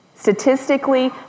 statistically